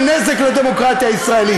בואו נדבר על העבודה.